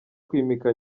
kwimika